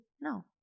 no